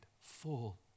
full